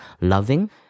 loving